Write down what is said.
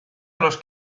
los